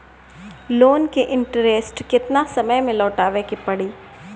Loan के interest केतना समय में लौटावे के पड़ी?